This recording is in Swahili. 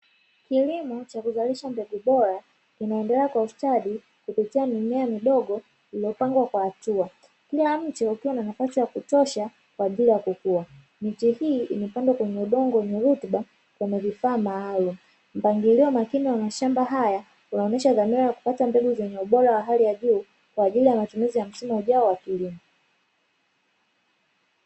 Kilimo cha kuzalisha mbegu bora, kinaendelea kwa ustadi kupitia mimea midogo iliyopangwa kwa hatua. Kila mti ukiwa na nafasi ya kutosha kwa ajili ya kukua. Miti hii imepandwa kwenye udongo wenye rutuba kwenye vifaa maalumu. Mpangilio makini wa mashamba haya unaonyesha dhamira ya kupata mbegu zenye ubora wa hali ya juu kwa ajili ya matumizi ya msimu ujao wa kilimo.